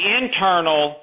internal